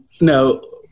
no